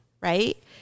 right